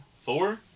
Four